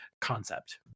concept